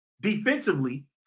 defensively